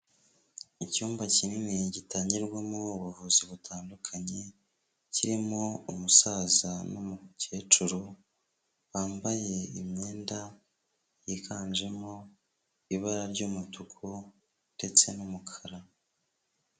Icyumba kinini gitangirwamo ubuvuzi butandukanye, kirimo umusaza n'umukecuru bambaye imyenda yiganjemo ibara ry'umutuku ndetse n'umukara.